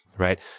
right